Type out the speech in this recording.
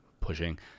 pushing